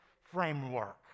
framework